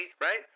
right